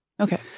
okay